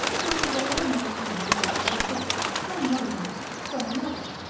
proves that all mortal men dote by fits, some one way, some another,